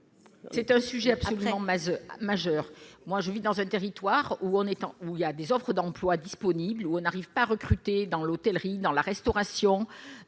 C'est un sujet absolument majeur, moi je vis dans un territoire où en étant où il y a des offres d'emploi disponibles ou on n'arrive pas à recruter dans l'hôtellerie, dans la restauration